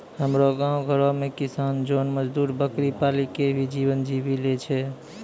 हमरो गांव घरो मॅ किसान जोन मजदुर बकरी पाली कॅ भी जीवन जीवी लॅ छय